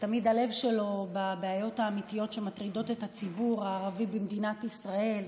שתמיד הלב שלו בבעיות האמיתיות שמטרידות את הציבור הערבי במדינת ישראל.